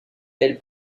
ils